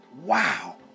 Wow